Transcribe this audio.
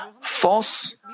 false